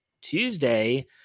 Tuesday